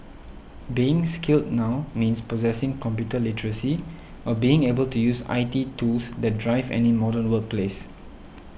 being skilled now means possessing computer literacy or being able to use I T tools that drive any modern workplace